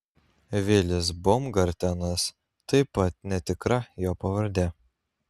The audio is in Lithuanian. vilis baumgartenas taip pat netikra jo pavardė